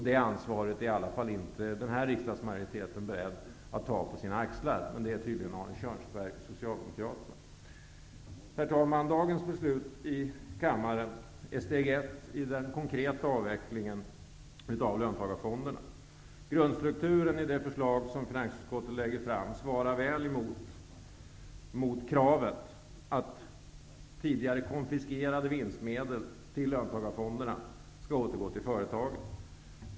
Det ansvaret är i alla fall inte den här riksdagsmajoriteten beredd att ta på sina axlar. Men det är tydligen Arne Kjörnsberg och Socialdemokraterna. Herr talman! Dagens beslut är steg 1 i den konkreta avvecklingen av löntagarfonderna. Grundstrukturen i det förslag som finansutskottet lägger fram svarar väl emot kravet på att tidigare konfiskerade vinstmedel till löntagarfonderna skall återgå till företagen.